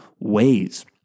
ways